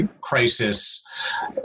crisis